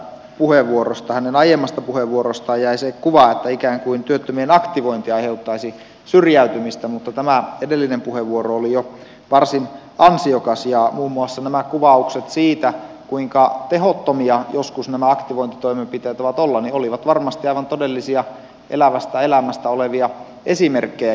hänen aiemmasta puheenvuorostaan jäi se kuva ikään kuin työttömien aktivointi aiheuttaisi syrjäytymistä mutta tämä edellinen puheenvuoro oli jo varsin ansiokas ja muun muassa nämä kuvaukset siitä kuinka tehottomia joskus nämä aktivointitoimenpiteet voivat olla olivat varmasti aivan todellisia elävästä elämästä olevia esimerkkejä